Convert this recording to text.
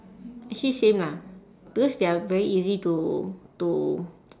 actually same lah because they are very easy to to